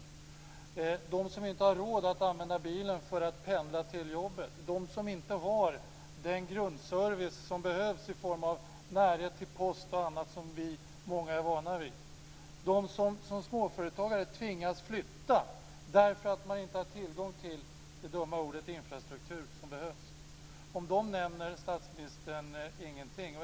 Det är de som inte har råd att använda bilen för att pendla till jobbet, de som inte har den grundservice som behövs i form av närhet till post och annat som många av oss är vana vid, de småföretag som tvingas flytta därför att de inte har tillgång till - det dumma ordet - infrastruktur som behövs. Om dem nämner statsministern ingenting.